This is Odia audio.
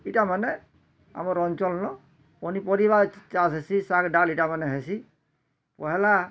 ଇଟା ମାନେ ଆମର୍ ଅଞ୍ଚଲ୍ର ପନିପରିବା ଚାଷ୍ ହେସିଁ ଶାଗ୍ ଡ଼ାଲ୍ ମାନେ ଇଟା ହେସିଁ ପହେଲା